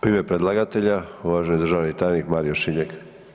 U ime predlagatelja, uvaženi državni tajnik Mario Šiljeg.